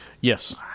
Yes